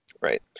Right